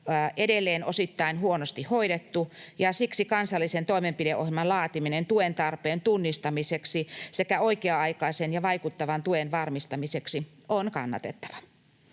edelleen osittain huonosti hoidettu, ja siksi kansallisen toimenpideohjelman laatiminen tuen tarpeen tunnistamiseksi sekä oikea-aikaisen ja vaikuttavan tuen varmistamiseksi on kannatettava.